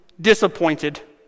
disappointed